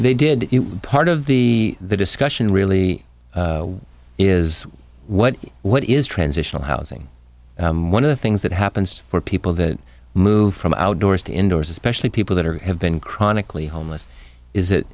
they did part of the discussion really is what what is transitional housing one of the things that happens for people that move from outdoors to indoors especially people that are have been chronically homeless is